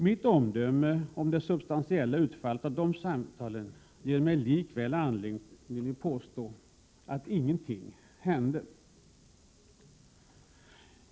Mitt omdöme om det substantiella utfallet av de samtalen ger mig likväl anledning att påstå att ingenting hände.